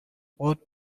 ought